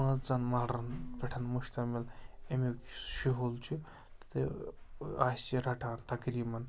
پانٛژَن مَرلن پٮ۪ٹھ مُشتَمِل اَمیُک یُس شُہُل چھُ تہٕ آسہِ رَٹان تَقریٖباً